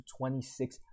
26